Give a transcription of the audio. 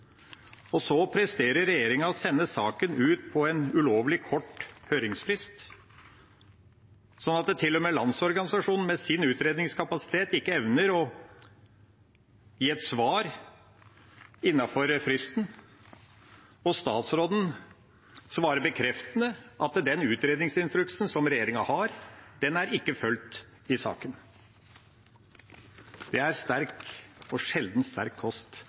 Så presterer regjeringa å sende saken ut på en ulovlig kort høringsfrist, sånn at til og med Landsorganisasjonen med sin utredningskapasitet ikke evner å gi et svar innenfor fristen, og statsråden svarer bekreftende at den utredningsinstruksen regjeringa har, ikke er fulgt i saken. Det er sterk – sjelden sterk – kost.